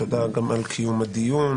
תודה גם על קיום הדיון.